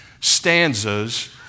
stanzas